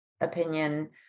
opinion